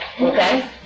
Okay